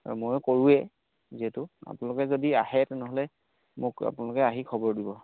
ময়ো কৰোৱে যিহেতু আপোনালোকে যদি আহে তেনেহ'লে মোক আপোনালোকে আহি খবৰ দিব